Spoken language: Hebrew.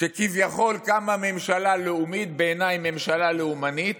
שכביכול קמה ממשלה לאומית, בעיניי ממשלה לאומנית,